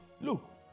Look